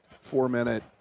four-minute